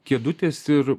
kėdutės ir